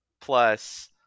Plus